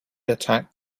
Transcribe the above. attacked